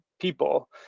people